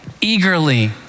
eagerly